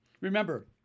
Remember